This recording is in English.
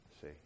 see